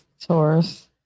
Taurus